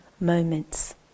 moments